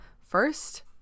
first